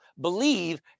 believe